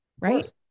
right